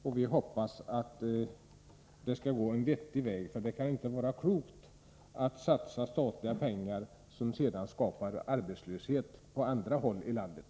Jag hoppas att det kommer att bli en vettig lösning, för det kan inte vara klokt att satsa statliga pengar på något som sedan skapar arbetslöshet på andra håll i landet.